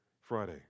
Friday